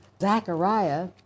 Zechariah